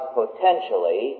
potentially